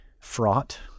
fraught